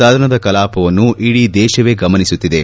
ಸದನದ ಕಲಾಪವನ್ನು ಇಡೀ ದೇಶವೇ ಗಮನಿಸುತ್ತಿದೆ